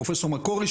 פרופ' מקורי,